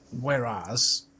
Whereas